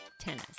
tennis